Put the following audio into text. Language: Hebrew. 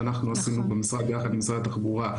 שאנחנו עשינו במשרד יחד עם משרד התחבורה,